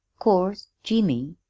course, jimmy,